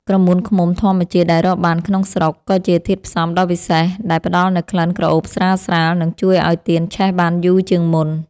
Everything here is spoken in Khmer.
ក្រមួនឃ្មុំធម្មជាតិដែលរកបានក្នុងស្រុក ក៏ជាធាតុផ្សំដ៏វិសេសដែលផ្ដល់នូវក្លិនក្រអូបស្រាលៗ និងជួយឱ្យទៀនឆេះបានយូរជាងមុន។